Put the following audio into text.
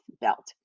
belt